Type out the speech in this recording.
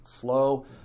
slow